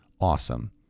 awesome